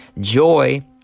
Joy